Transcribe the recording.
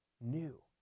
new